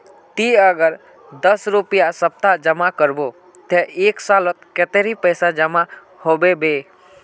ती अगर दस रुपया सप्ताह जमा करबो ते एक सालोत कतेरी पैसा जमा होबे बे?